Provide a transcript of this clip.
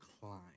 climb